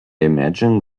imagine